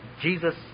Jesus